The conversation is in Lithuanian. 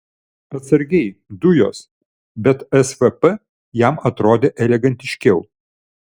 atsargiai dujos bet svp jam atrodė elegantiškiau